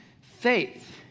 Faith